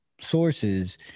sources